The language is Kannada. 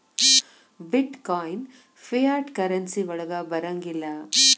ಬಿಟ್ ಕಾಯಿನ್ ಫಿಯಾಟ್ ಕರೆನ್ಸಿ ವಳಗ್ ಬರಂಗಿಲ್ಲಾ